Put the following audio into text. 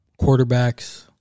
quarterbacks